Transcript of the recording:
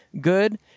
good